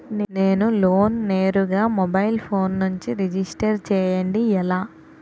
నేను లోన్ నేరుగా mobile phone నుంచి రిజిస్టర్ చేయండి ఎలా?